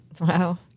Wow